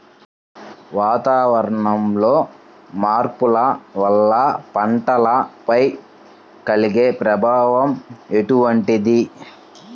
వాతావరణంలో మార్పుల వల్ల పంటలపై కలిగే ప్రభావం ఎటువంటిది?